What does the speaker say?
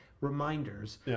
reminders